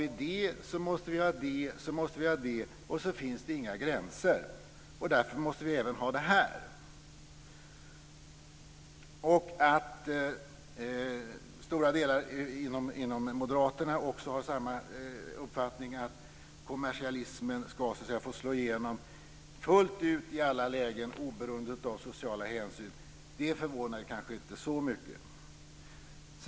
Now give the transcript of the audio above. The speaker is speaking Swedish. Om vi har det, så måste vi ha det, och då finns det inga gränser. Därför måste vi även ha detta. Att många inom Moderaterna också har uppfattningen att kommersialismen skall få slå igenom fullt i alla lägen oberoende av sociala hänsyn förvånar kanske inte så mycket.